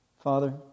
Father